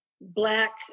black